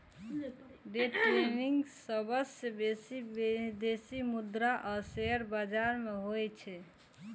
day trading सबसं बेसी विदेशी मुद्रा आ शेयर बाजार मे होइ छै